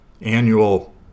annual